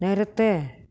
நிறுத்து